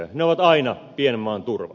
ne ovat aina pienen maan turva